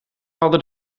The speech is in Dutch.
hadden